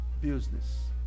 business